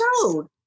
showed